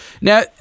Now